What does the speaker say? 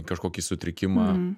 kažkokį sutrikimą